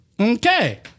okay